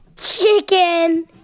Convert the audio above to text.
Chicken